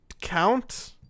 count